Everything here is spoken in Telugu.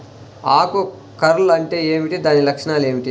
ఆకు కర్ల్ అంటే ఏమిటి? దాని లక్షణాలు ఏమిటి?